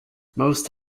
most